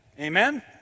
Amen